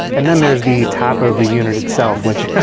and then there's the top of the unit itself, which,